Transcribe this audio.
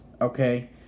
Okay